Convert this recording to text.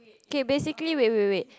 okay basically wait wait wait